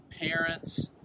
parents